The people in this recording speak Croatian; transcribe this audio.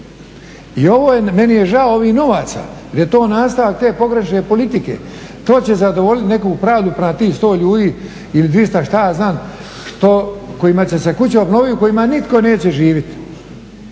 I ovo je, meni je žao ovih novaca jer je to nastavak te pogrešne politike. To će zadovoljiti neku pravdu prema tih 100 ljudi ili 200, što ja znam, kojima će se kuća obnoviti, u kojima nitko neće živjeti.